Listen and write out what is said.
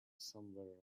somewhere